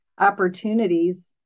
opportunities